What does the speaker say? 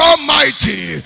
Almighty